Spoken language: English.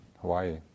Hawaii